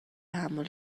تحمل